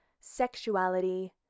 sexuality